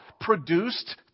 produced